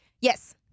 Yes